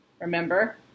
remember